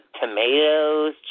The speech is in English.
tomatoes